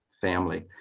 family